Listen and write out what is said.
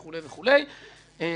וחוק ההסדרה מתקן את שגיאות העבר.